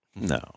No